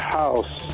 house